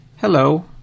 hello